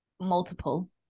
multiple